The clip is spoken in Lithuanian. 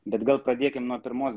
bet gal pradėkime nuo pirmos